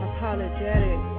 Apologetic